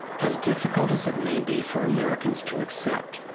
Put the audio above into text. as difficult as it may be for americans to accept,